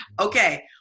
Okay